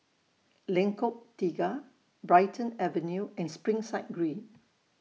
Lengkong Tiga Brighton Avenue and Springside Green